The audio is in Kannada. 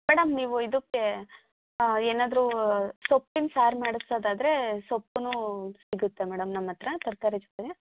ಮೇಡಮ್ ನೀವು ಇದಕ್ಕೆ ಏನಾದರೂ ಸೊಪ್ಪಿನ ಸಾರು ಮಾಡ್ಸೊದಾದ್ರೆ ಸೊಪ್ಪೂ ಸಿಗುತ್ತೆ ಮೇಡಮ್ ನಮ್ಮತ್ತಿರ ತರಕಾರಿ ಜೊತೆಗೆ